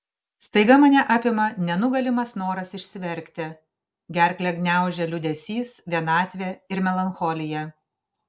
staiga mane apima nenugalimas noras išsiverkti gerklę gniaužia liūdesys vienatvė ir melancholija